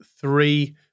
three